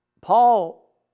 Paul